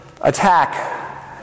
attack